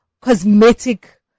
cosmetic